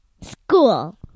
School